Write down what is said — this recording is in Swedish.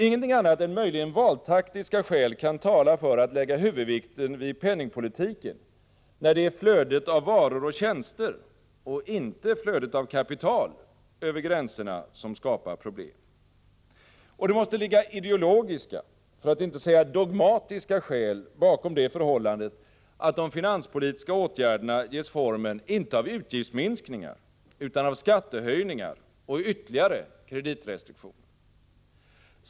Ingenting annat än möjligen valtaktiska skäl kan tala för att lägga huvudvikten vid penningpolitiken, när det är flödet av varor och tjänster och inte flödet av kapital över gränserna som skapar problem. Och det måste ligga ideologiska — för att inte säga dogmatiska — skäl bakom det förhållandet att de finanspolitiska åtgärderna ges formen inte av utgiftsminskningar, utan av skattehöjningar och ytterligare kreditrestriktioner.